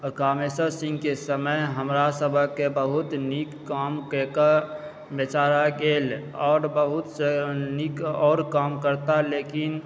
कामेसर सिंह के समय हमरा सभक बहुत नीक काम के कऽ बेचारा गेल आओर बहुतसँ नीक आओर काम करता लेकिन